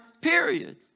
period